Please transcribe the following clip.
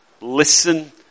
Listen